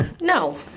No